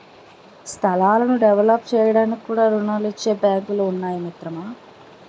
స్థలాలను డెవలప్ చేయడానికి కూడా రుణాలిచ్చే బాంకులు ఉన్నాయి మిత్రమా